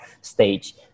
stage